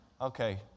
Okay